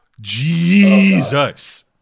Jesus